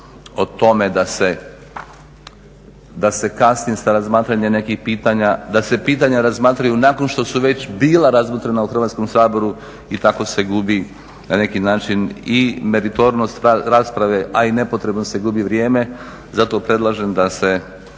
o tome da se kasni sa razmatranjem nekih pitanja, da se pitanja razmatraju nakon što su već bila razmotrena u Hrvatskom saboru i tako se gubi na neki način i meritornost rasprave a i nepotrebno se gubi vrijeme. Zato predlažem da se